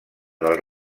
del